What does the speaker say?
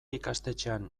ikastetxean